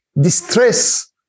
distress